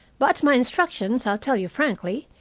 but my instructions, i'll tell you frankly,